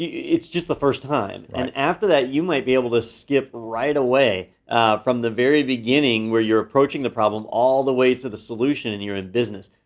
it's just the first time, and after that, you might be able to skip right away from the very beginning where you're approaching the problem all the way to the solution, and you're in business.